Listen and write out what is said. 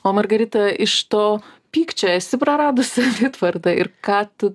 o margarita iš to pykčio esi praradus savitvardą ir ką tu